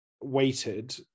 weighted